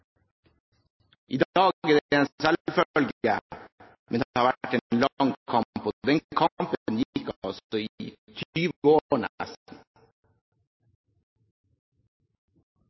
I dag er det en selvfølge, men det har vært en lang kamp. Den kampen gikk altså i